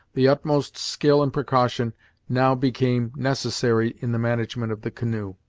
the utmost skill and precaution now became necessary in the management of the canoe.